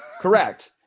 Correct